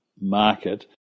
market